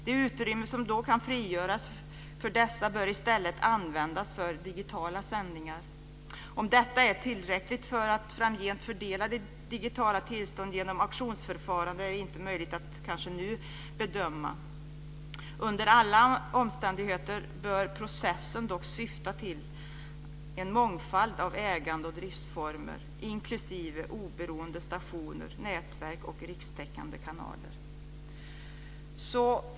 Det utrymme som då kan frigöras för dessa bör i stället användas för digitala sändningar. Om detta är tillräckligt för att framgent fördela digitala tillstånd genom auktionsförfarande är kanske inte möjligt att nu bedöma. Under alla omständigheter bör processen dock syfta till en mångfald av ägande och driftsformer, inklusive oberoende stationer, nätverk och rikstäckande kanaler.